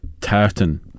tartan